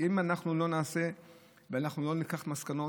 שאם אנחנו לא נעשה ולא נסיק מסקנות,